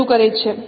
રજૂ કરે છે